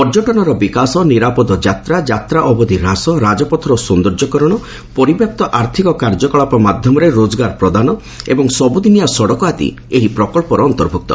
ପର୍ଯ୍ୟଟନର ବିକାଶ ନିରାପଦ ଯାତ୍ରା ଯାତ୍ରା ଅବଧି ହ୍ରାସ ରାଜପଥର ସୌନ୍ଦର୍ଯ୍ୟ କରଣ ପରିବ୍ୟାପ୍ତ ଆର୍ଥିକ କାର୍ଯ୍ୟକଳାପ ମାଧ୍ୟମରେ ରୋଜଗାର ପ୍ରଦାନ ଏବଂ ସବୁଦିନିଆ ସଡ଼କ ଆଦି ଏହି ପ୍ରକଳ୍ପର ଅନ୍ତର୍ଭୁକ୍ତ